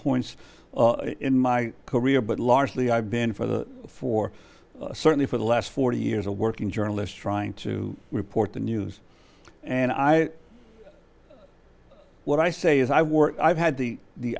points in my career but largely i've been for the for certainly for the last forty years a working journalist trying to report the news and i what i say is i were i've had the the